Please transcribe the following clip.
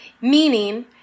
Meaning